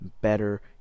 better